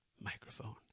Microphone